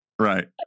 right